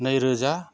नैरोजा